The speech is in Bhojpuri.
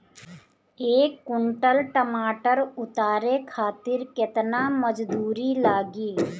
एक कुंटल टमाटर उतारे खातिर केतना मजदूरी लागी?